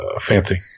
fancy